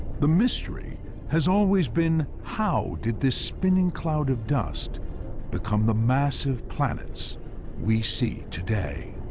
the mystery has always been, how did this spinning cloud of dust become the massive planets we see today?